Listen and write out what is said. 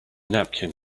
napkin